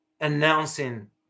announcing